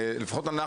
לפחות אנחנו,